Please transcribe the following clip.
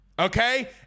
Okay